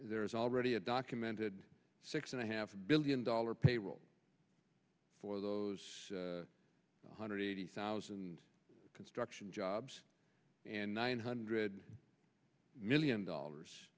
there is already a documented six and a half billion dollar payroll for those one hundred eighty thousand construction jobs and nine hundred million dollars